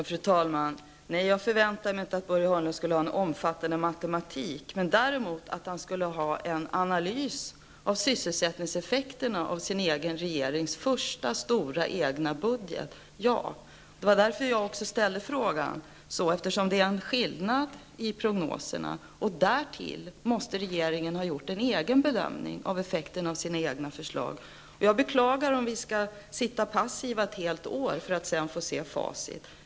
Fru talman! Nej, jag förväntar mig inte att Börje Hörnlund skall ha en omfattande matematik i huvudet. Däremot förväntar jag mig att han skall göra en analys av sysselsättningseffekterna av sin egen regerings första stora egna budget. Det var också därför jag ställde frågan, eftersom det är en skillnad i prognoserna. Därtill måste regeringen ha gjort en egen bedömning av effekterna av sina egna förslag. Jag beklagar om vi skall sitta passiva ett helt år för att sedan få se facit.